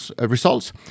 results